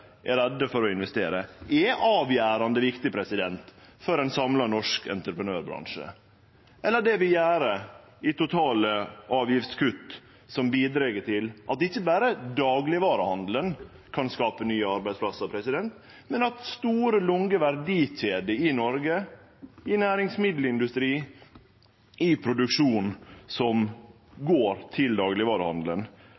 er redde for å investere, er avgjerande viktig for ein samla norsk entreprenørbransje. Og det vi gjer i totale avgiftskutt, bidreg til at ikkje berre daglegvarehandelen kan skape nye arbeidsplassar, men at store, lange verdikjeder i Noreg, i næringsmiddelindustrien, i produksjon som